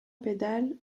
pédales